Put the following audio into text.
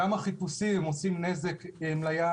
גם החיפושים עושים נזק לים.